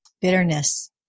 bitterness